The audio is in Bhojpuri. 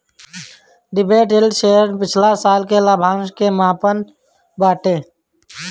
डिविडेंट यील्ड शेयर पिछला साल के लाभांश के मापत बाटे